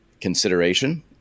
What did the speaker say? consideration